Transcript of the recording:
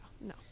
No